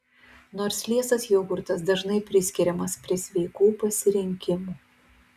nors liesas jogurtas dažnai priskiriamas prie sveikų pasirinkimų